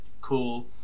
cool